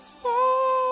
say